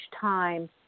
time